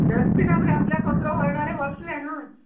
डस्टबिनान घातल्या कचरो व्हरणारे व्हरतले न्हू